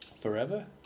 forever